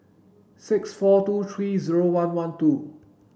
six four two three zero one one two